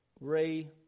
Ray